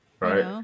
Right